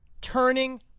turning